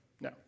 No